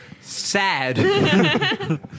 Sad